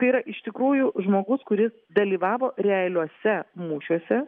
tai yra iš tikrųjų žmogus kuris dalyvavo realiuose mūšiuose